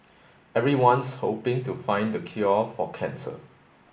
everyone's hoping to find the cure for cancer